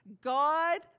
God